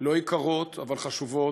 לא יקרות, אבל חשובות,